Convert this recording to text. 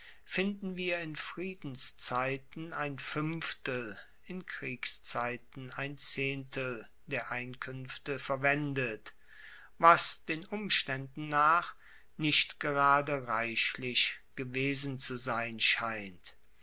finden wir in friedenszeiten ein fuenftel in kriegszeiten ein zehntel der einkuenfte verwendet was den umstaenden nach nicht gerade reichlich gewesen zu sein scheint